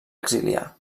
exiliar